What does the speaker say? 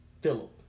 Philip